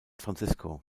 francisco